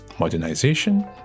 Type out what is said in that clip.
modernization